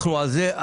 אנחנו על זה.